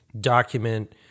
document